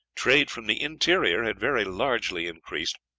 trade from the interior had very largely increased,